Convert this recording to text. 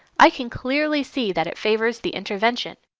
i can clearly see that it favors the intervention,